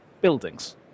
buildings